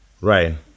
right